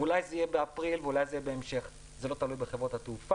ואולי זה יהיה באפריל ואולי זה יהיה בהמשך זה לא תלוי בחברות התעופה.